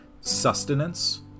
sustenance